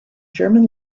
german